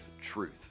truth